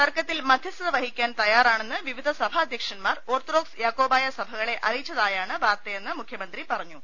തർക്കത്തിൽ മധ്യസ്ഥത വഹിക്കാൻ തയ്യാറാ ണെന്ന് വിവിധ സഭാധ്യക്ഷന്മാർ ഓർത്തഡോക്സ് യാക്കോബായ സഭകളെ അറിയിച്ചതായാണ് വാർത്തയെന്ന് മുഖ്യമന്ത്രി പറഞ്ഞു